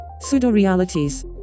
Pseudo-realities